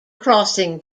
crossing